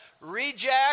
reject